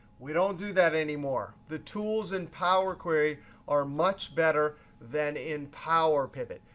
we don't do that anymore. the tools in powerquery are much better than in power pivot.